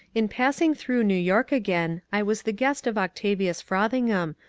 in passing through new york again i was the guest of octavius frothingham,